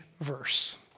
verse